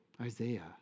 Isaiah